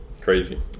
Crazy